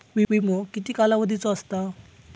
विमो किती कालावधीचो असता?